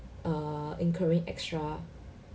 err incurring extra